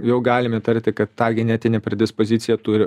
jau galim įtarti kad tą genetinę predispoziciją turi